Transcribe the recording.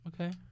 Okay